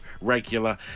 regular